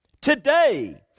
Today